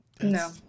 no